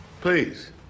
Please